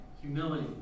Humility